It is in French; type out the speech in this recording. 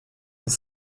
cent